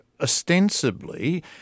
ostensibly